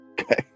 Okay